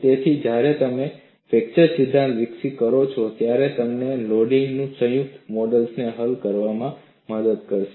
તેથી જ્યારે તમે ફ્રેક્ચર સિદ્ધાંત વિકસિત કરો છો ત્યારે તે તમને લોડિંગ ના સંયુક્ત મોડ્સને હલ કરવામાં મદદ કરશે